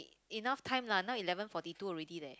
enough time lah now eleven forty two already leh